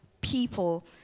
people